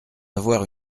avoir